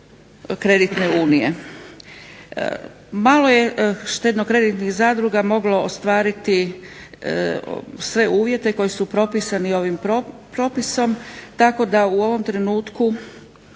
kreditne unije. Malo je štedno-kreditnih zadruga moglo ostvariti sve uvjete koji su propisani ovim propisom tako da u ovom trenutku